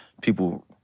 People